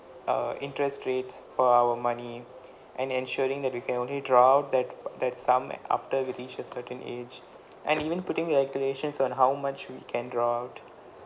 uh interest rates for our money and ensuring that you can only draw out that that sum after we reach a certain age and even putting regulations on how much we can draw out